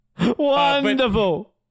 Wonderful